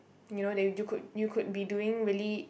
you know they you could you could be doing really